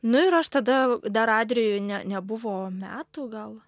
nu ir aš tada dar adrijui ne nebuvo metų gal